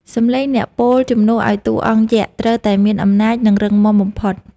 សំឡេងអ្នកពោលជំនួសឱ្យតួអង្គយក្ស ត្រូវតែមានអំណាច និងរឹងមាំបំផុត។